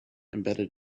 embedded